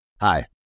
Hi